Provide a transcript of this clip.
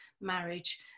marriage